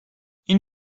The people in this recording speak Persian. این